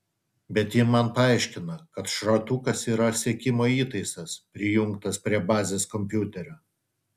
bet ji man paaiškina kad šratukas yra sekimo įtaisas prijungtas prie bazės kompiuterio